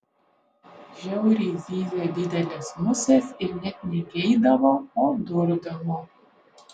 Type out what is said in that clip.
žiauriai zyzė didelės musės ir net ne geidavo o durdavo